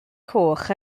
coch